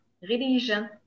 religion